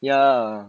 ya